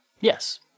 Yes